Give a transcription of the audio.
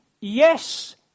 Yes